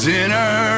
Dinner